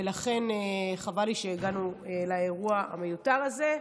ולכן חבל לי שהגענו לאירוע המיותר הזה.